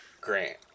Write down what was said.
Grant